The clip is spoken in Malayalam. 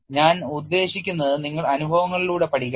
ഞാൻ ഉദ്ദേശിക്കുന്നത് നിങ്ങൾ അനുഭവങ്ങളിലൂടെ പഠിക്കണം